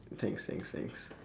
thanks thanks thanks